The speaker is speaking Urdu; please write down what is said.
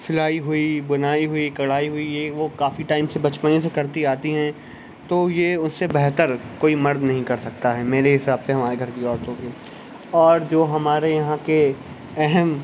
سلائی ہوئی بنائی ہوئی کڑھائی ہوئی یہ وہ کافی ٹائم سے بچپنے سے کرتی آتی ہیں تو یہ اسے بہتر کوئی مرد نہیں کر سکتا ہے میرے حساب سے ہماری گھر کی عورتوں کی اور جو ہمارے یہاں کے اہم